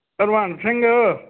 Dhanwant Singh